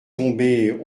tomber